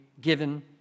given